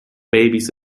babies